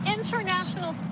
International